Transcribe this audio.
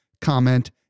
comment